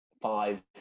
five